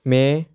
ਮੈਂ